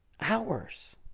Hours